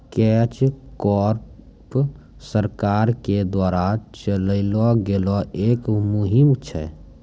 catch crop सरकार के द्वारा चलैलो गेलो एक मुहिम छै